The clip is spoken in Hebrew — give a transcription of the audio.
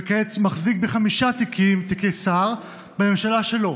וכעת מחזיק בחמישה תיקי שר בממשלה שלו,